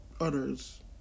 others